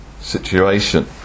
situation